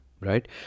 right